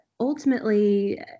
Ultimately